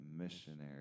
missionary